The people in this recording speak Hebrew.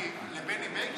מי, לבני בגין?